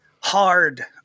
hard